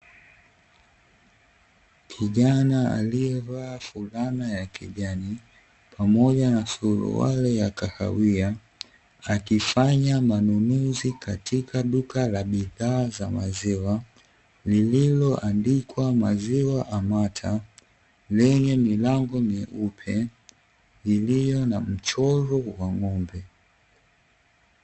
Kijana aliye vaa furana ya kijani pamoja na suruali ya kahawia, Akifanya manunuzi katika duka la bidhaa za maziwa lililo andikwa maziwa amata lenye milango meupe iliyo na mchoro wa ng'ombe.